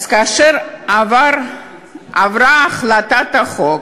אז כאשר עברה הצעת החוק